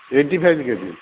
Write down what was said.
eighty five K G